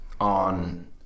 on